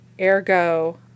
ergo